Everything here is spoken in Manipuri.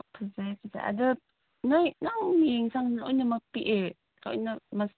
ꯐꯖꯩ ꯐꯖꯩ ꯑꯗꯣ ꯅꯣꯏ ꯅꯪꯒꯤ ꯌꯦꯟꯁꯥꯡ ꯂꯣꯏꯅꯃꯛ ꯄꯤꯛꯑꯦ ꯂꯣꯏꯅꯃꯛ